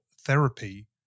therapy